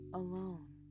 alone